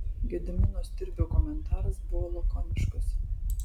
gedimino stirbio komentaras buvo lakoniškas